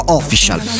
official